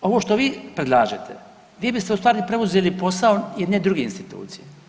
Ovo što vi predlažete vi biste u stvari preuzeli posao jedne druge institucije.